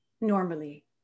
normally